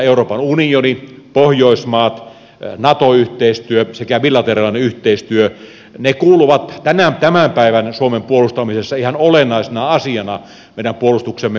euroopan unioni pohjoismaat nato yhteistyö sekä bilateraalinen yhteistyö ne kuuluvat tämän päivän suomen puolustamisessa ihan olennaisena asiana meidän puolustuksemme kokonaiskuvaan